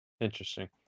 Interesting